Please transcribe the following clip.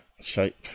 shape